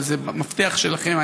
אבל זה מפתח שלכם,